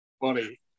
Funny